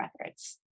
records